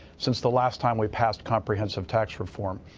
since the last time we passed comprehensive tax reform.